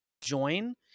Join